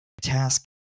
task